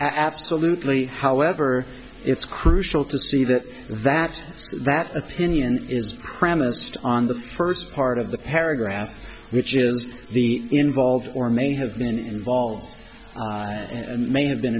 absolutely however it's crucial to see that that that opinion is premised on the first part of the paragraph which is the involved or may have been involved and may have been